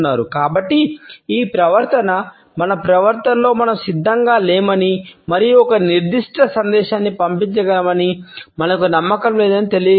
కాబట్టి ఈ ప్రవర్తన మన ప్రవర్తనలో మనం సిద్ధంగా లేమని మరియు ఒక నిర్దిష్ట సందేశాన్ని పంపించగలమని మనకు నమ్మకం లేదని తెలియజేస్తుంది